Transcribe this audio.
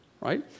right